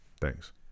Thanks